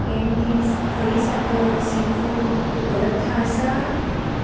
candies खडीसाकर सी food उपलब्ध आसा